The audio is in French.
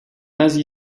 asie